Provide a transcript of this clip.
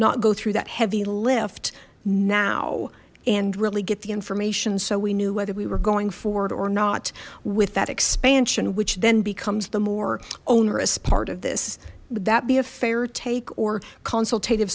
not go through that heavy lift now and really get the information so we knew whether we were going forward or not with that expansion which then becomes the more owner as part of this would that be a fair take or consultati